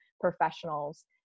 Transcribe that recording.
professionals